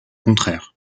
contraire